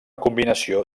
combinació